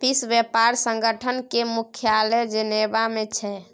विश्व बेपार संगठन केर मुख्यालय जेनेबा मे छै